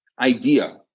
idea